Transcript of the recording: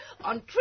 on